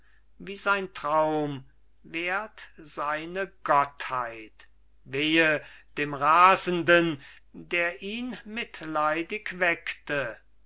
wie sein traum währt seine gottheit wehe dem rasenden der ihn mitleidig weckte